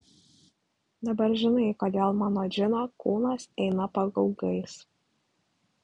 dabar žinai kodėl man nuo džino kūnas eina pagaugais